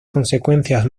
consecuencias